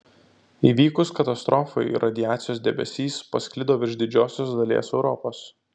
įvykus katastrofai radiacijos debesys pasklido virš didžiosios dalies europos